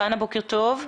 חנה, בוקר טוב.